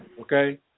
okay